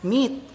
Meet